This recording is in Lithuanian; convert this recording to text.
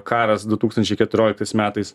karas du tūkstančiai keturioliktais metais